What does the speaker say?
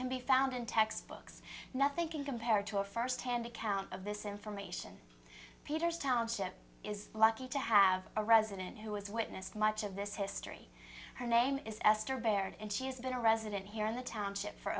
can be found in textbooks nothing can compare to a firsthand account of this information peters township is lucky to have a resident who has witnessed much of this history her name is esther barrett and she has been a resident here in the township for